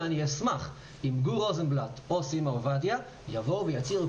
ואשמח אם גור רוזנבלט או סימה עובדיה יבואו ויצהירו